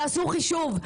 תעשו חישוב.